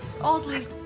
oddly